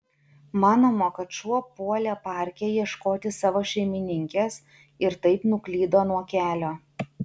manoma kad šuo puolė parke ieškoti savo šeimininkės ir taip nuklydo nuo kelio